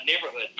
neighborhood